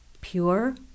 pure